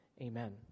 Amen